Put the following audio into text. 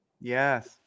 Yes